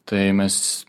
tai mes